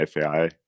FAI